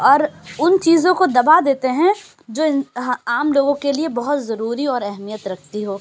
اور ان چیزوں کو دبا دیتے ہیں جو عام لوگوں کے لیے بہت ضروری اور اہمیت رکھتی ہو